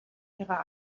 ihrer